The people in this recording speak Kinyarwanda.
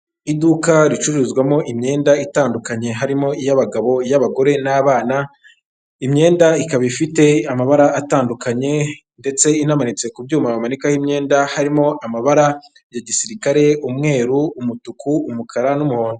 Iduka ricuruzwamo imyenda itandukanye harimo iy'abagabo, iy'abagore n'abana, imyenda ikaba ifite amabara atandukanye ndetse inamanitse ku byuma bamanikaho imyenda harimo amabara ya gisirikare, umweru, umutuku, umukara, n'umuhondo.